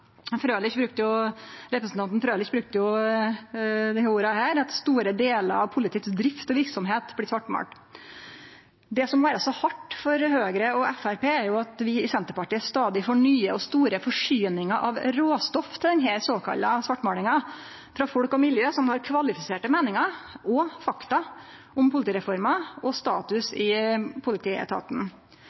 Frølich sa jo at store delar av drifta og verksemda til politiet blir svartmåla. Det som må vere hardt for Høgre og Framstegspartiet, er at vi i Senterpartiet stadig får nye og store forsyningar av råstoff til denne såkalla svartmålinga frå folk og miljø som har kvalifiserte meiningar og fakta om politireforma og status i politietaten.